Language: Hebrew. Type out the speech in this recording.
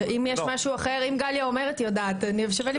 אם גליה אומרת היא יודעת, שווה לבדוק.